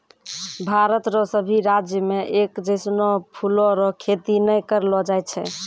भारत रो सभी राज्य मे एक जैसनो फूलो रो खेती नै करलो जाय छै